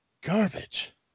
garbage